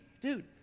dude